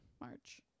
March